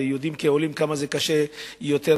וכמה זה קשה כעולים,